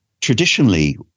traditionally